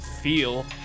feel